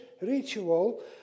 ritual